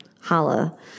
holla